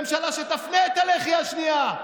ממשלה שתפנה את הלחי השנייה.